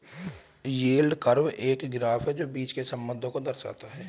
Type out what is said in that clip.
yield curve एक graph है जो बीच के संबंध को दर्शाता है